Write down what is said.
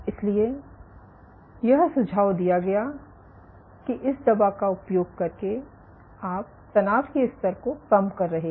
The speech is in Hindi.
इसलिए यह सुझाव दिया गया कि इस दवा का उपयोग करके आप तनाव के स्तर को कम कर रहे हैं